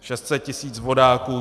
600 tisíc vodáků.